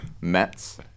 Mets